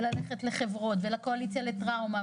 וללכת לחברות ולקואליציה לטראומה,